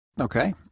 Okay